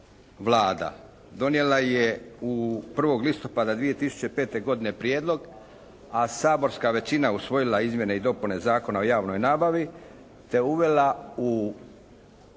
Vlada donijela je u 1. listopada 2005. godine prijedlog, a saborska većina usvojila izmjene i dopune Zakona o javnoj nabavi te uvela u hrvatski